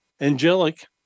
angelic